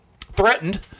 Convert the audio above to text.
threatened